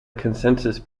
consensus